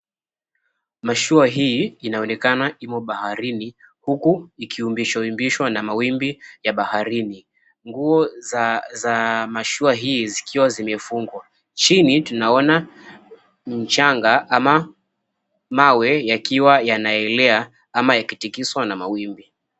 Mashua hii inaonekana imo baharini huku ikiyumbishwa yumbishwa na mawimbi ya baharini, nguo za mashua hii zikiwa zimefungwa. Chini tunaona mchanga ama mawe yakiwa yanaelea ama yakitikishwa na mawimbi.